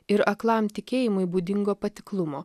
ir aklam tikėjimui būdingo patiklumo